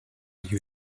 you